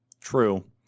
True